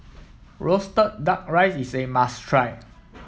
roasted duck rice is a must try